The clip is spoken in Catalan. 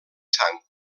sang